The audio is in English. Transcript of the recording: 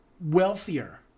wealthier